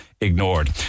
ignored